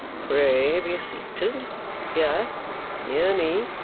pray be seated here near me.